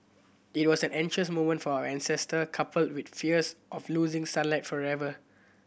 it was an anxious moment for our ancestor coupled with fears of losing sunlight forever